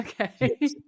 Okay